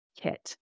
kit